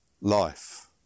life